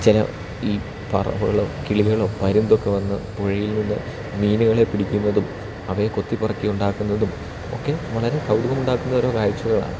ചെ ഈ പറവകളോ കിളികളോ പരുന്തൊക്കെ വന്ന് പുഴയില് നിന്ന് മീനുകളെ പിടിക്കുന്നതും അവയെ കൊത്തി പെറുക്കി ഉണ്ടാക്കുന്നതും ഒക്കെ വളരെ കൗതുകമുണ്ടാക്കുന്ന ഓരോ കാഴ്ചകളാണ്